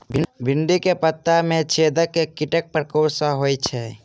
भिन्डी केँ पत्ता मे छेद केँ कीटक प्रकोप सऽ होइ छै?